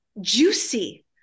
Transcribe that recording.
juicy